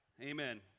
amen